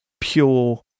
pure